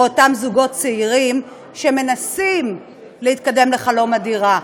אותם זוגות צעירים שמנסים להתקדם לחלום הדירה.